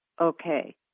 Okay